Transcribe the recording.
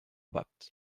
bapt